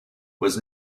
was